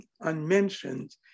unmentioned